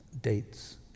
dates